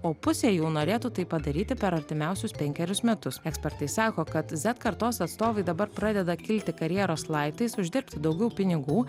o pusė jų norėtų tai padaryti per artimiausius penkerius metus ekspertai sako kad zet kartos atstovai dabar pradeda kilti karjeros laiptais uždirbti daugiau pinigų